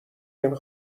نمی